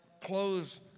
close